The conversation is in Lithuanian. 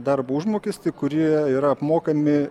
darbo užmokestį kurie yra apmokami